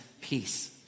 peace